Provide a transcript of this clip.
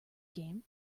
game